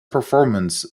performance